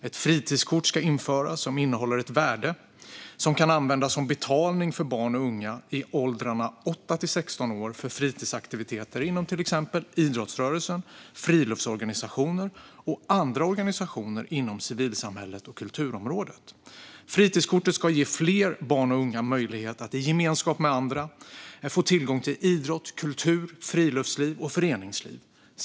Det ska införas ett fritidskort som innehåller ett värde som kan användas som betalning för barn och unga i åldrarna 8-16 år för fritidsaktiviteter inom till exempel idrottsrörelsen, friluftsorganisationer och andra organisationer inom civilsamhället och kulturområdet. Fritidskortet ska ge fler barn och unga möjlighet att i gemenskap med andra få tillgång till idrott, kultur, friluftsliv och föreningsliv.